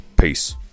Peace